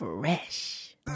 Fresh